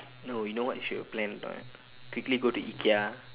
no you know what you should plan or not quickly go to IKEA